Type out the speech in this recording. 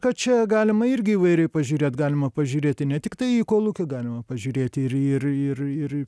kad čia galima irgi įvairiai pažiūrėt galima pažiūrėti ne tiktai į kolūkį galima pažiūrėti ir ir ir ir